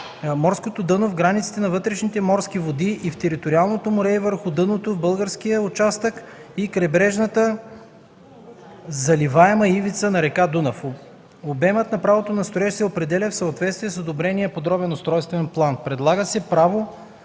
морското дъно в границите на вътрешните морски води и в териториалното море и върху дъното в българския участък и крайбрежната заливаема ивица на река Дунав. Обемът на правото на строеж се определя в съответствие с одобрения подробен устройствен план. Предлага се право